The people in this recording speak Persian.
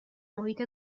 محیط